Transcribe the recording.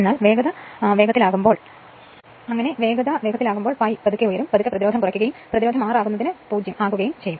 എന്നാൽ വേഗത വേഗത്തിലാകുമ്പോൾ പതുക്കെ ഉയരും പതുക്കെ പ്രതിരോധം കുറയ്ക്കുകയും പ്രതിരോധം r ആകുന്നത് 0 ആകുകയും ചെയ്യും